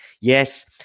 Yes